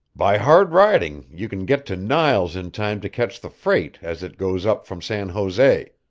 by hard riding you can get to niles in time to catch the freight as it goes up from san jose.